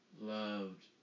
loved